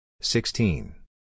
Sixteen